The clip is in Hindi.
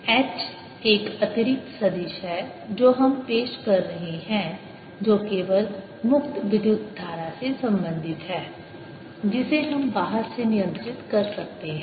H एक अतिरिक्त सदिश है जो हम पेश कर रहे हैं जो केवल मुक्त विद्युत धारा से संबंधित है जिसे हम बाहर से नियंत्रित कर सकते हैं